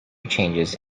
changes